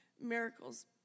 miracles